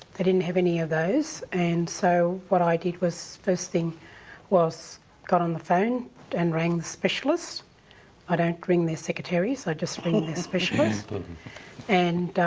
they didn't have any of those, and so what i did was. first thing was i got on the phone and rang the specialist i don't ring their secretaries, i just ring the specialist but and,